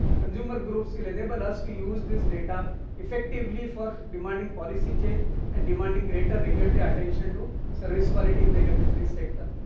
consumer groups, will enable us to use this data effectively for demanding policy change and demanding greater regulatory attention to service quality in the electricity sector.